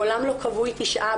מעולם לא קבעו איתי שעה,